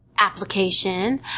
application